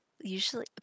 usually